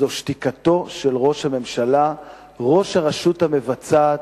זה שתיקתו של ראש הממשלה, ראש הרשות המבצעת,